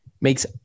makes